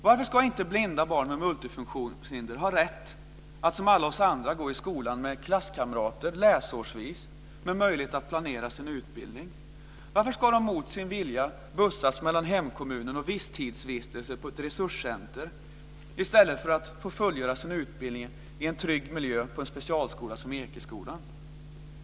Varför ska inte blinda barn med multifunktionshinder ha rätt att som alla vi andra gå i skolan med klasskamrater, läsårsvis, med möjlighet att planera sin utbildning? Varför ska de mot sin vilja bussas mellan hemkommunen och visstidsvistelser på ett resurscentrum i stället för att få fullgöra sin utbildning i trygg miljö på en specialskola som Ekeskolan?